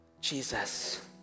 Jesus